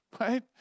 right